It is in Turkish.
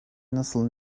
nasıl